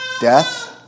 Death